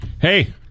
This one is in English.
hey